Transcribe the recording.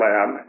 Lab